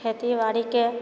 खेती बाड़ीके